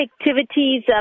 activities